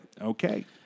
Okay